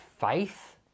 faith